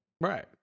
Right